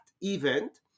event